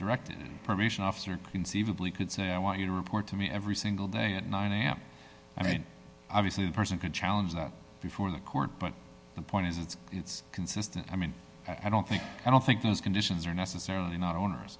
directed permission officer conceivably could say i want you to report to me every single day at nine am i mean obviously a person could challenge that before the court but the point is that it's consistent i mean i don't think i don't think those conditions are necessarily not oner